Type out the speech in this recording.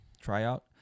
tryout